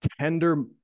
tender